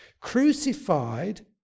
crucified